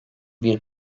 bir